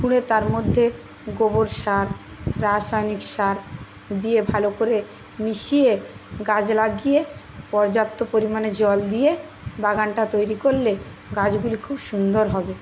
খুঁড়ে তার মধ্যে গোবর সার রাসায়নিক সার দিয়ে ভালো করে মিশিয়ে গাছ লাগিয়ে পর্যাপ্ত পরিমাণে জল দিয়ে বাগানটা তৈরি করলে গাছগুলি খুব সুন্দর হবে